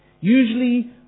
Usually